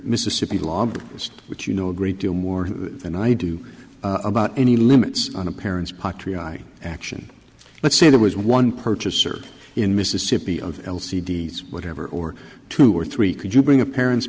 mississippi law which you know a great deal more than i do about any limits on a parent's patri i action let's say there was one purchaser in mississippi and c d s whatever or two or three could you bring a parent